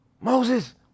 moses